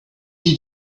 you